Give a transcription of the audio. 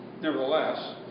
nevertheless